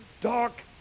dark